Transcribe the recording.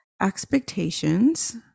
expectations